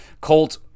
colt